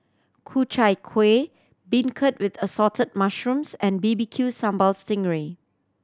Ku Chai Kuih Beancurd with Assorted Mushrooms and B B Q Sambal sting ray